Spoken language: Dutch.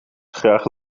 graag